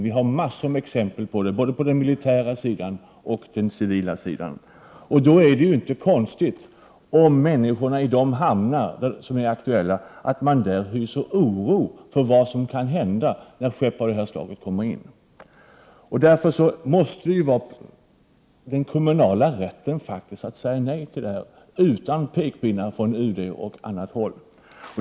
Vi har mängder av exempel på det, både på den militära och på den civila sidan. Då är det inte konstigt om människorna vid de hamnar som är aktuella hyser oro för vad som kan hända när skepp av detta slag kommer in. Därför måste det vara en kommunal rätt att säga nej till detta utan pekpinnar från UD och annat håll.